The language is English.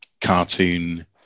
cartoon